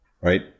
right